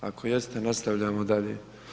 Ako jeste nastavljamo dalje.